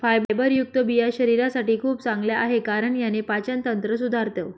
फायबरयुक्त बिया शरीरासाठी खूप चांगल्या आहे, कारण याने पाचन तंत्र सुधारतं